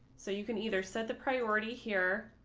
so you can either set the priority here.